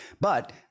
But-